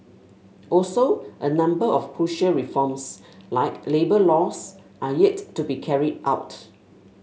also a number of crucial reforms like labour laws are yet to be carried out